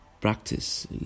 practice